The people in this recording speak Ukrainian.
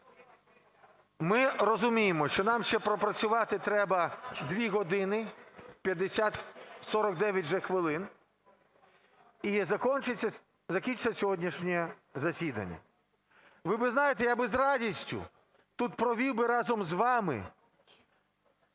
ми розуміємо, що нам ще пропрацювати треба 2 години 49 вже хвилин і закінчиться сьогоднішнє засідання. Ви знаєте, я би з радістю тут провів би разом з вами